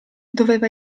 doveva